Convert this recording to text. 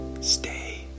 Stay